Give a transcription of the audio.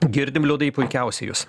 girdim liudai puikiausiai jus